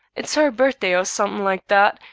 it's her birthday or something like that,